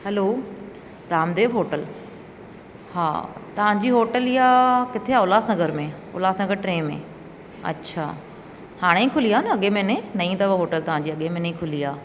हलो Ramdev hotel हा तव्हांजी hotel इहा किथे आहे उल्हासनगर में उल्हासनगर टे में अच्छा हाणे ई खुली आहे न अॻे महिने नईं अथव होटल जी अॻे महिने ई खुली आहे